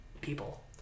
people